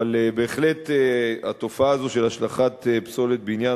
בהחלט התופעה הזאת של השלכת פסולת בניין